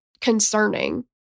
concerning